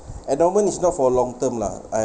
endowment is not for long term lah I